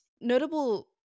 Notable